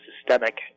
systemic